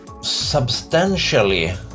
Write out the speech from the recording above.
substantially